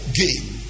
game